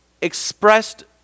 expressed